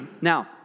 Now